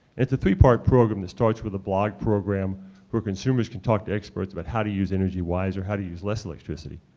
it's a three-part program that starts with a blog program where consumers can talk to experts about how to use energy wiser, how to use less electricity.